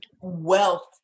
wealth